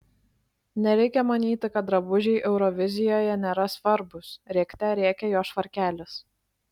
nereikia manyti kad drabužiai eurovizijoje nėra svarbūs rėkte rėkė jo švarkelis